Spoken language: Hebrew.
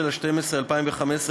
16 בדצמבר 2015,